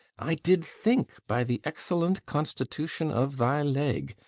i did think, by the excellent constitution of thy leg,